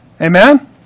Amen